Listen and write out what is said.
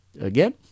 again